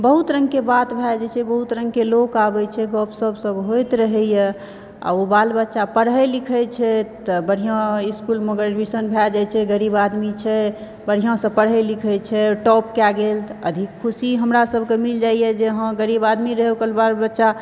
बहुत रङ्गके बात भए जाइ छै बहुत रङ्गके लोक आबै छै गप सप सब होइत रहैए आ ऊ बाल बच्चा पढ़ै लिखै छै तऽ बढ़िया इस्कूलमे ओकर एडमिशन भए जाइ छै गरीब आदमी छै बढ़ियासऽ पढ़ै लिखै छै टॉप कए गेल तऽ अधिक खुशी हमरा सबके मिल जाइए जे हँ गरीब आदमी रहै ओकर बाल बच्चा